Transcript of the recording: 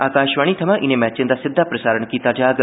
आकाशवाणी थमां इनें मैचें दा सिद्दा प्रसारण कीता जाग